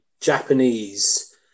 Japanese